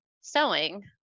sewing